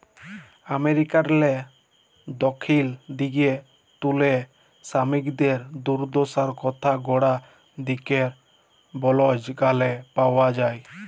আমেরিকারলে দখ্খিল দিগে তুলে সমিকদের দুদ্দশার কথা গড়া দিগের বল্জ গালে পাউয়া যায়